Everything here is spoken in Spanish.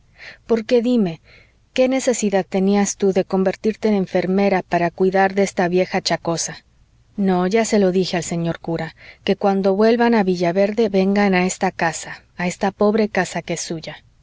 bondades porque dime qué necesidad tenías tú de convertirte en enfermera para cuidar de esta vieja achacosa no ya se lo dije al señor cura que cuando vuelvan a villaverde vengan a esta casa a esta pobre casa que es suya